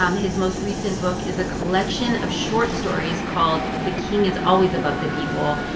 um his most recent book is collection of short stories, called, the king is always above the people.